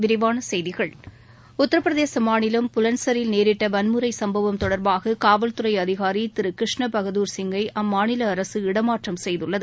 விரிவான செய்திகள் உத்திரபிரதேசத்தில் புலன்சரில் நேரிட்ட வன்முறை சம்பவம் தொடர்பாக காவல்துறை அதிகாரி திரு கிருஷ்ணா பகதூர் சிங்கை அம்மாநில அரசு இடமாற்றம் செய்துள்ளது